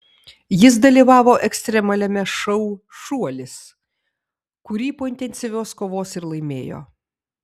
jis dalyvavo ekstremaliame šou šuolis kurį po intensyvios kovos ir laimėjo